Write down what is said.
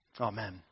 Amen